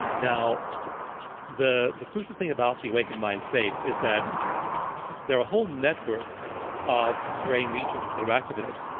now the the crucial thing about the awakened mind state is that there are whole networks of brain regions that are active in it,